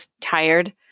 tired